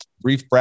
Brief